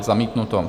Zamítnuto.